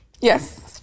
Yes